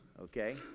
Okay